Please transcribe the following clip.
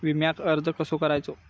विम्याक अर्ज कसो करायचो?